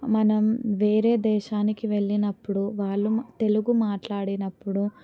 మనం వేరే దేశానికి వెళ్ళినప్పుడు వాళ్ళు తెలుగు మాట్లాడినప్పుడు